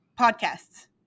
podcasts